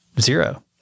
zero